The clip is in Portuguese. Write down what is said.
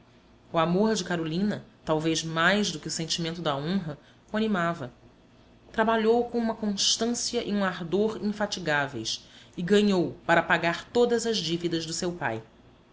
o amor de carolina talvez mais do que o sentimento da honra o animava trabalhou com uma constância e um ardor infatigáveis e ganhou para pagar todas as dívidas de seu pai